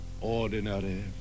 ordinary